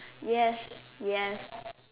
yes yes